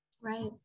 Right